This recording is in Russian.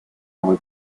новый